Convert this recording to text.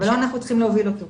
אבל לא נאנחנו צריכים להוביל אותו.